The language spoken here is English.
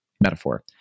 metaphor